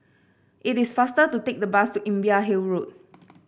it is faster to take the bus to Imbiah Hill Road